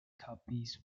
copies